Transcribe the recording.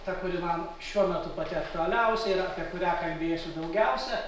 ta kuri man šiuo metu pati aktualiausia yra apie kurią kalbėsiu daugiausia